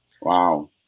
Wow